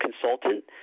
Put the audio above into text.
consultant